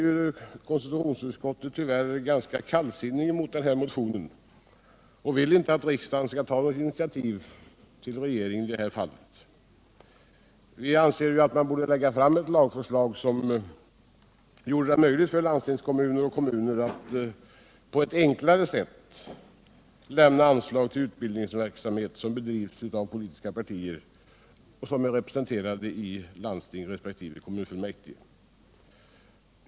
Konstitutionsutskottet är ganska kallsinnigt inför vår motion och vill inte att riksdagen skall göra en hemställan hos regeringen i det här fallet. Vianser Nr 102 emellertid att man borde lägga fram ett lagförslag som gjorde det möjligt för landstingskommuner och kommuner att på ett enklare sätt lämna anslag till utbildningsverksamhet som bedrivs av de politiska partier som är representerade i landsting resp. kommunfullmäktige.